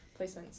placements